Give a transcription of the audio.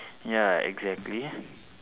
ya exactly